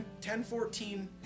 1014